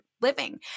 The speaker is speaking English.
living